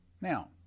Now